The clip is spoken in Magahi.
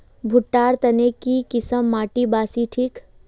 भुट्टा र तने की किसम माटी बासी ठिक?